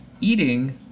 eating